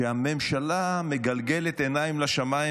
שהממשלה מגלגלת עיניים לשמיים,